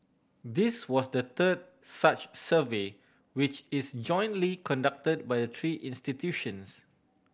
this was the third such survey which is jointly conduct by the three institutions